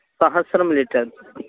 सहस्रं लीटर्